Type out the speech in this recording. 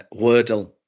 Wordle